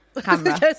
camera